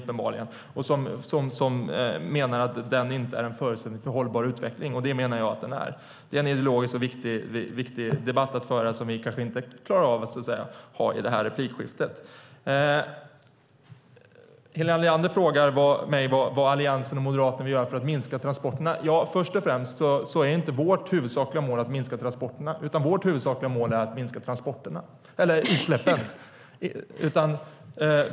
De menar att det inte är en förutsättning för en hållbar utveckling. Det menar jag att den är. Det är en logisk och viktig debatt att föra som vi kanske inte klarar av att ha i det här replikskiftet. Helena Leander frågar mig vad Alliansen och Moderaterna vill göra för att minska transporterna. Först och främst är inte vårt huvudsakliga mål att minska transporterna. Vårt huvudsakliga mål är att minska utsläppen.